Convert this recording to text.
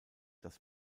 dass